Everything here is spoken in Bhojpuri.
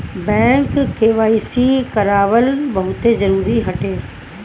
बैंक केवाइसी करावल बहुते जरुरी हटे